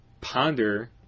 Ponder